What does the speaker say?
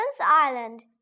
Island